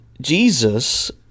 Jesus